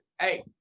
hey